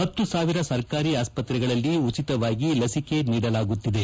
ಹತ್ತು ಸಾವಿರ ಸರ್ಕಾರಿ ಆಸ್ಪತ್ರೆಗಳಲ್ಲಿ ಉಚಿತವಾಗಿ ಲಸಿಕೆ ನೀಡಲಾಗುತ್ತಿದೆ